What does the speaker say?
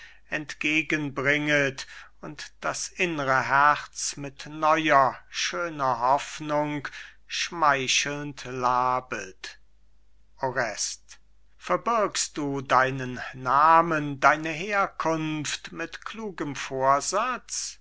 entgegen bringet und das innre herz mit neuer schöner hoffnung schmeichelnd labet orest verbirgst du deinen namen deine herkunft mit klugem vorsatz